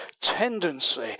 tendency